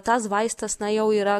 tas vaistas na jau yra